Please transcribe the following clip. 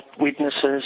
witnesses